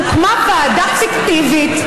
הוקמה ועדה פיקטיבית,